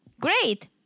Great